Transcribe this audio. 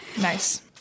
Nice